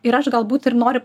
ir aš galbūt ir noriu